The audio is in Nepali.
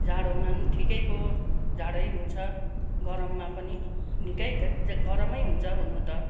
जाडोमा पनि ठिकैको जाडै हुन्छ गरममा पनि निकै गरमै हुन्छ हुनु त